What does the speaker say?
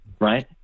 right